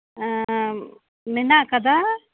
ᱦᱮᱸ ᱢᱮᱱᱟᱜ ᱟᱠᱟᱫᱟ